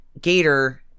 Gator